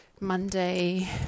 Monday